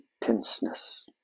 tenseness